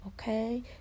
okay